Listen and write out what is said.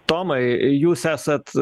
tomai jūs esat